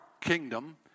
kingdom